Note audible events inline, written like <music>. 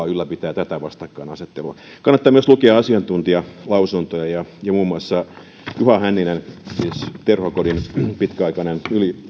<unintelligible> ylläpitää tätä vastakkainasettelua kannattaa myös lukea asiantuntijalausuntoja muun muassa juha hänninen siis terhokodin pitkäaikainen